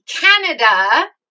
canada